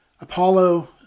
Apollo